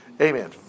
Amen